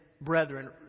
brethren